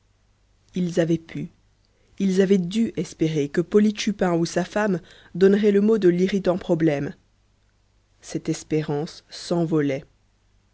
ils avaient pu ils avaient dû espérer que polyte chupin ou sa femme donneraient la mot de l'irritant problème cette espérance s'envolait